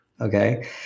Okay